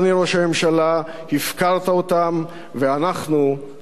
הפקרת אותם ואנחנו נהיה להם לפה.